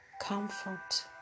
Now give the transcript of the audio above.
comfort